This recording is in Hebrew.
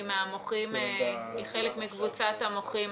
היא חלק מקבוצת המוחים,